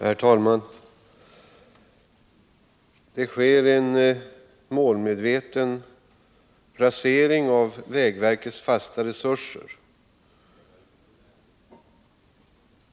Herr talman! Det sker en målmedveten rasering av vägverkets fasta resurser.